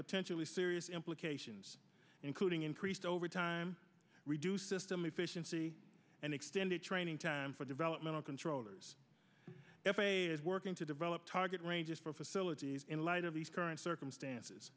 potentially serious implications including increased over time reduce system efficiency and extended training time for developmental controllers f a a is working to develop target ranges for facilities in light of these current circumstances